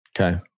okay